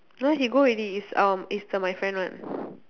no lah he go already it's um it's the my friend one